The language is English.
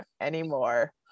anymore